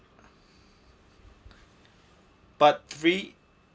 part three